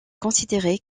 considéré